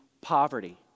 poverty